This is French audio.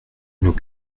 nous